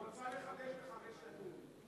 הוא רצה לחדש לחמש שנים,